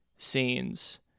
Scenes